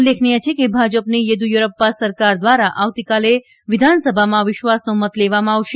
ઉલ્લેખનીય છે કે ભાજપની ચેદયુરપ્પા સરકાર દ્વારા આવતીકાલે વિધાનસભામાં વિશ્વાસનો મત લેવામાં આવશે